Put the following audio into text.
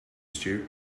stew